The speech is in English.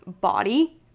body